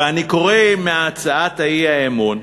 ואני קורא מהצעת האי-אמון: